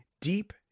deep